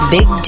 Big